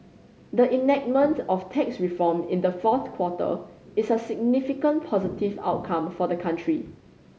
the enactment of tax reform in the fourth quarter is a significant positive outcome for the country